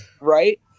right